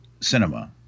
Cinema